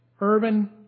urban